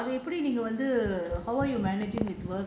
uh அதெப்படி நீங்க வந்து:atheppadi neenga vanthu